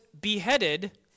beheaded